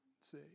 see